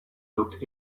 looked